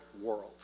world